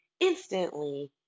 instantly